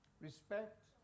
Respect